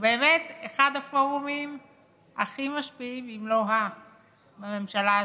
באמת אחד הפורומים הכי משפיעים אם לא ה- בממשלה הזאת.